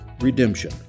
redemption